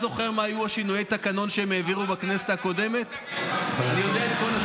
שינויי תקנון צריך לעשות בהסכמה, ולא ברמיסה.